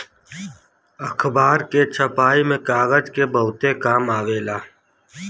अखबार के छपाई में कागज के बहुते काम आवेला